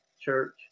Church